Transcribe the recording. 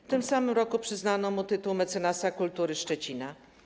W tym samym roku przyznano mu tytuł Mecenasa Kultury Szczecina.